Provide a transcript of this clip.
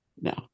No